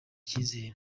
icyizere